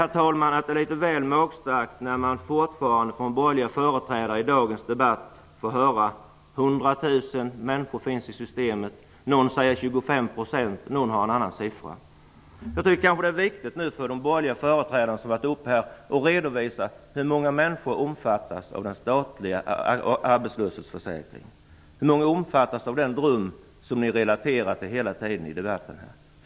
Jag tycker att det är litet väl magstarkt när man från de borgerliga företrädarna i dagens debatt fortfarande får höra att 100 000 människor finns i systemet. Någon säger 25 %, och någon har en annan siffra. Det är viktigt att de borgerliga företrädarna som varit uppe i debatten nu redovisar hur många människor som omfattas av den statliga arbetslöshetsförsäkringen. Hur många omfattas av den dröm som ni hela tiden relaterat i debatten?